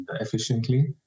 efficiently